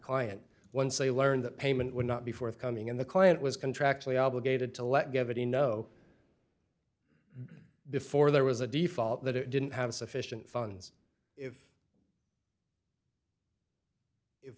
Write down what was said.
client once they learned that payment would not be forthcoming and the client was contractually obligated to let go of it you know before there was a default that it didn't have sufficient funds if